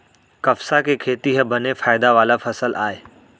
कपसा के खेती ह बने फायदा वाला फसल आय